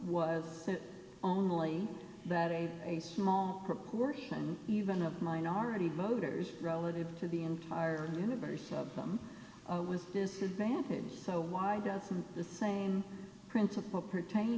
was only that a a small proportion even a minority voters relative to the entire universe of them was a disadvantage so why doesn't the same principle pertain